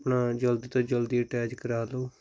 ਆਪਣਾ ਜਲਦੀ ਤੋਂ ਜਲਦੀ ਅਟੈਚ ਕਰਵਾ ਦਿਓ